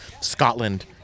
Scotland